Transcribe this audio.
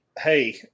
hey